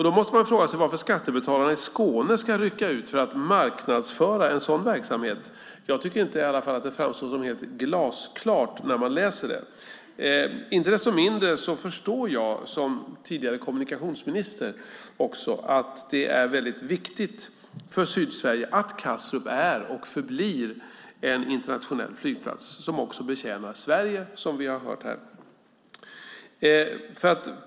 Då måste man fråga sig varför skattebetalarna i Skåne ska rycka ut för att marknadsföra en sådan verksamhet. Jag tycker i alla fall inte att det framstår som helt glasklart när man läser det. Inte desto mindre förstår jag, som tidigare kommunikationsminister, också att det är väldigt viktigt för Sydsverige att Kastrup är och förblir en internationell flygplats, som också betjänar Sverige, som vi har hört här.